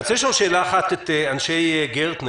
אני רוצה לשאול שאלה אחת את אנשי "גרטנר",